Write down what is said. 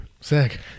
Sick